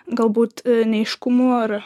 galbūt neaiškumų ar